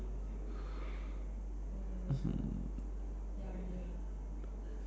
hmm